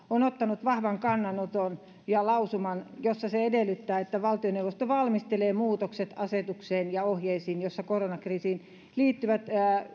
on ottanut vahvan kannanoton ja lausuman jossa se edellyttää että valtioneuvosto valmistelee muutokset asetukseen ja ohjeisiin joissa koronkriisiin liittyvät